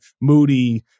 Moody